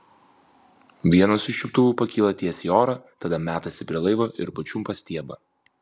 vienas iš čiuptuvų pakyla tiesiai į orą tada metasi prie laivo ir pačiumpa stiebą